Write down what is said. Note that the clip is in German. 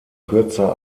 kürzer